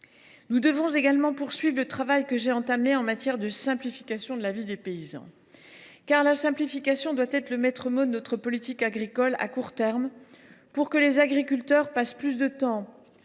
Nous devons également poursuivre le travail que j’ai entamé en matière de simplification de la vie des paysans. Car la simplification doit être le maître mot de notre politique agricole à court terme. Il s’agit de faire en sorte que les agriculteurs passent plus de temps